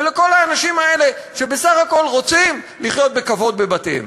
ולליפתא ולכל האנשים האלה שבסך הכול רוצים לחיות בכבוד בבתיהם.